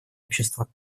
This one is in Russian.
общества